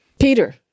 Peter